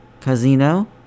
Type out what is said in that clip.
Casino